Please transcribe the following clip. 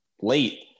late